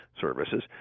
services